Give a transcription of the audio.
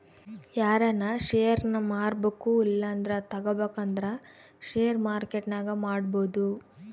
ಯಾರನ ಷೇರ್ನ ಮಾರ್ಬಕು ಇಲ್ಲಂದ್ರ ತಗಬೇಕಂದ್ರ ಷೇರು ಮಾರ್ಕೆಟ್ನಾಗ ಮಾಡ್ಬೋದು